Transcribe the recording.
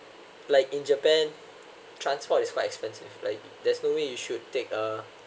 like in japan transport is quite expensive like there's no way you should take a